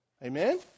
Amen